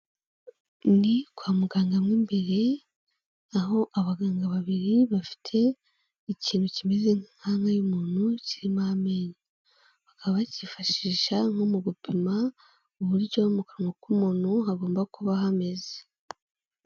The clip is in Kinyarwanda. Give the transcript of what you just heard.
Ni kwa muganga mo imbere, aho abaganga babiri bafite ikintu kimeze nk'inkanka y'umuntu kirimo amenyo. Bakaba bacyifashisha nko mu gupima uburyo mu kanwa k'umuntu hagomba kuba hameze.